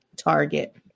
Target